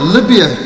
Libya